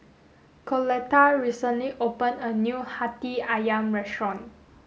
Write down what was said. Coletta recently opened a new Hati Ayam restaurant